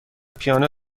پیانو